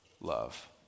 love